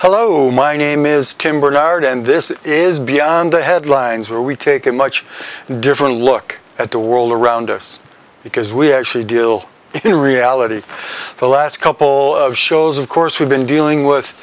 hello my name is tim barnard and this is beyond the headlines where we take a much different look at the world around us because we actually deal in reality the last couple of shows of course we've been dealing